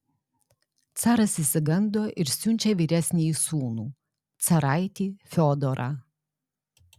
caras išsigando ir siunčia vyresnįjį sūnų caraitį fiodorą